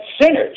sinners